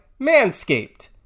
Manscaped